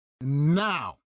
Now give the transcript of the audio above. Now